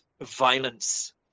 violence